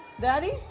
Daddy